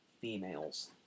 females